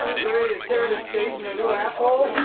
you ready to tear this station a new asshole?